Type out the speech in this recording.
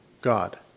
God